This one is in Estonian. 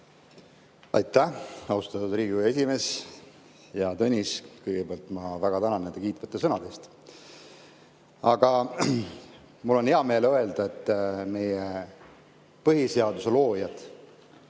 Aitäh, austatud Riigikogu esimees! Hea Tõnis! Kõigepealt, ma väga tänan nende kiitvate sõnade eest. Mul on hea meel öelda, et meie põhiseaduse loojad,